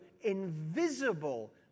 invisible